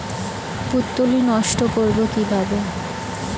পুত্তলি নষ্ট করব কিভাবে?